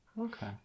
Okay